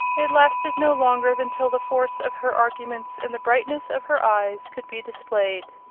it lasted no longer than till the force of her arguments and the brightness of her eyes could be displayed.